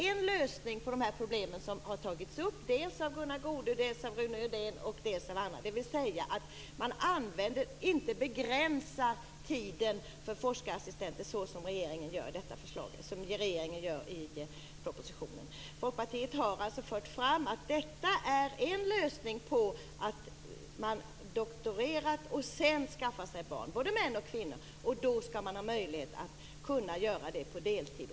En lösning på de problem som har tagits upp av Rune Rydén, Gunnar Goude och andra är att inte begränsa tiden för forskarassistenttjänsterna på det sätt som regeringen föreslår i propositionen. Folkpartiet har fört fram detta som en lösning på problem som kan uppstå när man först doktorerar och sedan skaffar sig barn. Det gäller både män och kvinnor. Man skall ha möjlighet att arbeta deltid.